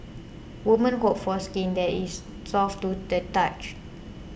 women hope for skin that is soft to the touch